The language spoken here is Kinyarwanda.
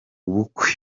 ubukwe